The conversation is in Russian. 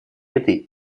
этой